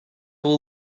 will